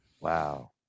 Wow